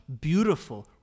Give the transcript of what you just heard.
beautiful